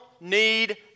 need